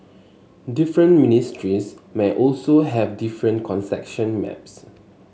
different ministries may also have different concession maps